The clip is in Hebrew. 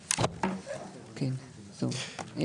כן, טוב.